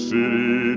City